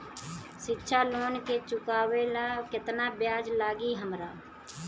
शिक्षा लोन के चुकावेला केतना ब्याज लागि हमरा?